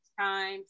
time